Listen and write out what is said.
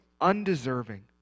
undeserving